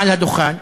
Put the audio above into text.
מעל הדוכן,